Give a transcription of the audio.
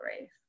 race